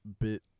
bit